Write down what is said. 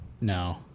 No